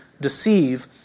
deceive